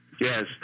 Yes